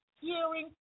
hearing